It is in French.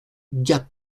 gap